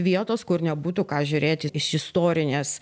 vietos kur nebūtų ką žiūrėti iš istorinės